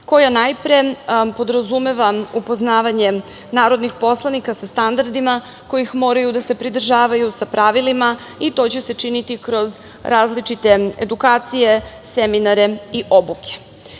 koja najpre podrazumeva upoznavanje narodnih poslanika sa standardima kojih moraju da se pridržavaju sa pravilima i to će se činiti kroz različite edukacije, seminare i obuke. Ističe